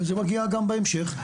וזה מגיע גם בהמשך,